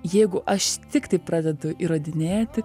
jeigu aš tiktai pradedu įrodinėti